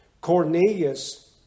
Cornelius